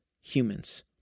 humans